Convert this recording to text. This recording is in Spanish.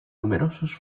numerosos